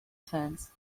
fans